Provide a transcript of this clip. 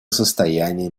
состояние